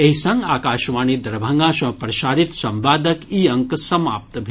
एहि संग आकाशवाणी दरभंगा सँ प्रसारित संवादक ई अंक समाप्त भेल